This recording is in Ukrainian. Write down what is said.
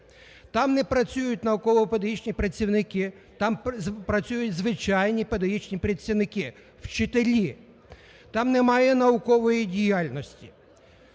Там не працюють науково-педагогічні працівники, там працюють звичайні педагогічні працівники – вчителі. Там немає наукової діяльності.